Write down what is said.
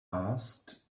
asked